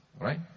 Right